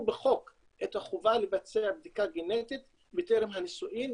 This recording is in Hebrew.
בחוק את החובה לבצע בדיקה גנטית בטרם הנישואים,